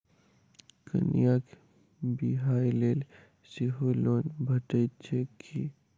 कन्याक बियाह लेल सेहो लोन भेटैत छैक की?